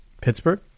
Pittsburgh